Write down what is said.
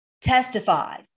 testified